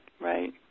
right